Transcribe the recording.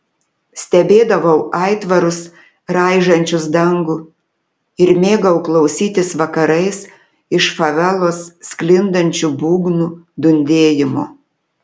stebėdavau aitvarus raižančius dangų ir mėgau klausytis vakarais iš favelos sklindančių būgnų dundėjimo